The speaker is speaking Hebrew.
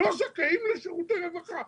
לא זכאים לשירותי רווחה,